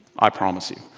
i promise you.